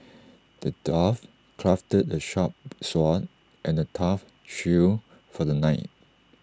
the dwarf crafted A sharp sword and A tough shield for the knight